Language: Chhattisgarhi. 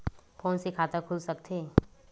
फोन से खाता खुल सकथे?